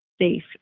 safe